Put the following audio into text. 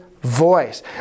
voice